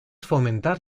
fomentar